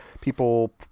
people